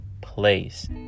place